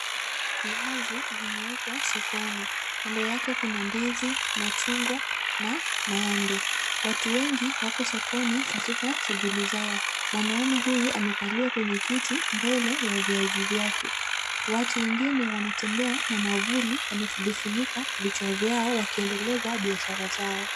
Viazi vimewekwa sokoni. Kando yake kuna ndizi, machungwa na maembe. Watu wengi wako sokoni katika shughuli zao. Mwanaume huyu amekalia kwenye kiti mbele ya viazi vyake. Watu wengine wanatembea na mwavuli, wamevifunika vichwa vyao wakiendeleza biashara zao.